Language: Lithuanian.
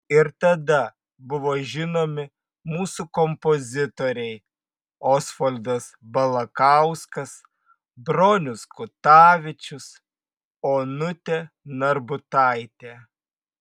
ir tada buvo žinomi mūsų kompozitoriai osvaldas balakauskas bronius kutavičius onutė narbutaitė